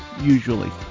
usually